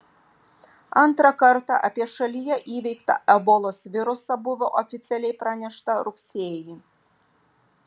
antrą kartą apie šalyje įveiktą ebolos virusą buvo oficialiai pranešta rugsėjį